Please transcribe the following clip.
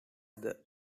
other